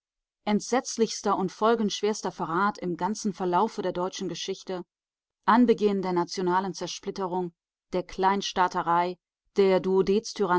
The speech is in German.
entsetzlichster und folgenschwerster verrat im ganzen verlaufe der deutschen geschichte anbeginn der nationalen zersplitterung der kleinstaaterei der